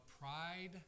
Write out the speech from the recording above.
pride